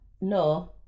no